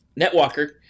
NetWalker